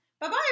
Bye-bye